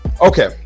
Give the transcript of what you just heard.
Okay